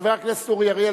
חבר הכנסת אורי אריאל,